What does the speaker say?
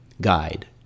guide